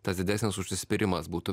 tas didesnis užsispyrimas būtų